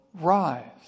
rise